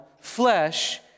flesh